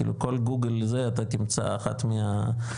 כאילו כל גוגל זה אתה תמצא אחת מהבולטים